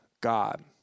God